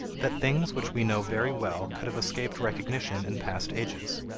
that things which we know very well could have escaped recognition in past ages.